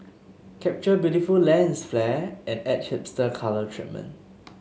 capture beautiful lens flare and add hipster colour treatment